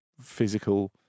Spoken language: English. physical